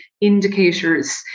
indicators